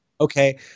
Okay